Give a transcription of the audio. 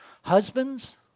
Husbands